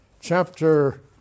Chapter